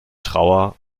trauer